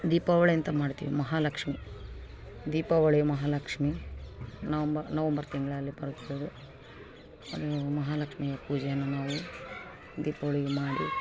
ದೀಪಾವಳಿ ಅಂತ ಮಾಡ್ತೀವಿ Mahalakshmi Deepavali Mahalakshmi November November ತಿಂಗಳಲ್ಲಿ ಬರುತ್ತದೆ ಅದು ಮಹಾಲಕ್ಷ್ಮಿಯ ಪೂಜೆಯನ್ನು ನಾವು ದೀಪಾವಳಿಗೆ ಮಾಡಿ